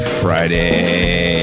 friday